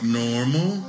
normal